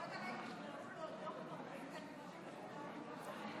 אמרתי ועדת בריאות.